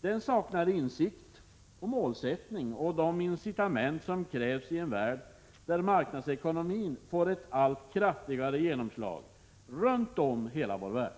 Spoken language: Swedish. Den saknar insikt och målsättning och även de incitament som krävs i en värld där marknadsekonomin får ett allt kraftigare genomslag. Det gäller runt om i hela vår värld.